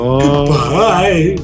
goodbye